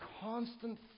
constant